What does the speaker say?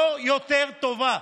לא יותר טובה.